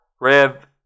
Rev